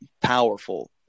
powerful